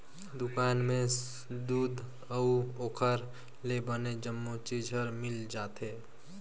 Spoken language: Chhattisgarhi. दुकान में दूद अउ ओखर ले बने जम्मो चीज हर मिल जाथे